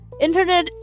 Internet